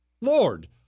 Lord